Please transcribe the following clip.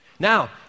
Now